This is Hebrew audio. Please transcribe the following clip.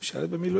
הוא משרת במילואים.